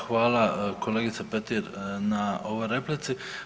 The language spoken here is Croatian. Hvala kolegice Petir na ovoj replici.